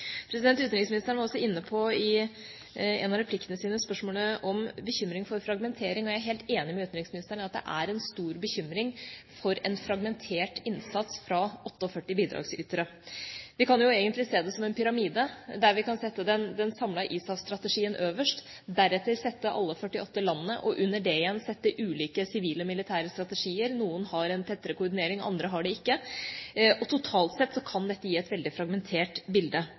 Utenriksministeren var også inne på spørsmålet om bekymring for fragmentering, og jeg er helt enig med utenriksministeren i at det er en stor bekymring for en fragmentert innsats fra 48 bidragsytere. Vi kan jo egentlig se det som en pyramide, der vi kan sette den samlede ISAF-strategien øverst, deretter sette alle de 48 landene, og under det igjen sette ulike sivile og militære strategier. Noen har en tettere koordinering, andre har det ikke, og totalt sett kan dette gi et veldig fragmentert bilde.